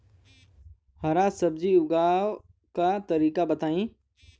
हरा सब्जी उगाव का तरीका बताई?